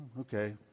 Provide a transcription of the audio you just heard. Okay